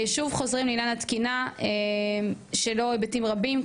שוב חוזרים לעניין התקינה שלו היבטים רבים,